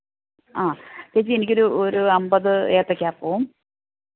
ആ ചേച്ചി എനിക്കൊരു ഒരു അമ്പത് ഏത്തക്ക അപ്പവും